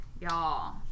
y'all